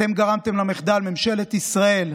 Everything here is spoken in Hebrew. אתם גרמתם למחדל, ממשלת ישראל,